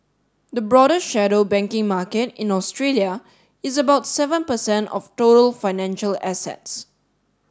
the broader shadow banking market in Australia is about seven per cent of total financial assets